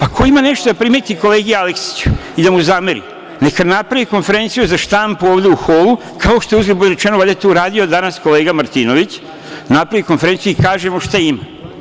Ako ima neko nešto da primeti kolegi Aleksiću i da mu zameri, neka napravi konferenciju za štampu ovde u holu, kao što je to uzgred budi rečeno, danas to uradio kolega Martinović, napravi konferenciju i kaže mu šta ima.